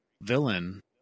villain